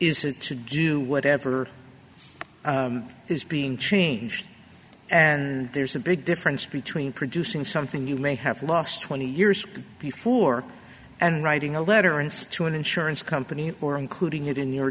is it to do whatever is being changed and there's a big difference between producing something you may have lost twenty years before and writing a letter and to an insurance company or including it in your